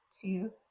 two